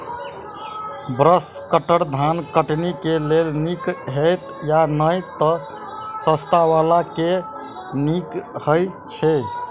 Brush कटर धान कटनी केँ लेल नीक हएत या नै तऽ सस्ता वला केँ नीक हय छै?